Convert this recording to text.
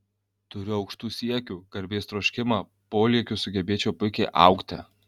turiu aukštų siekių garbės troškimą polėkių sugebėčiau puikiai augti